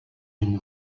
une